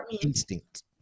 instinct